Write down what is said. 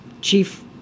chief